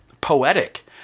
poetic